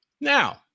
Now